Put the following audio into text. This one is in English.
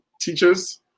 teachers